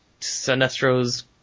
Sinestro's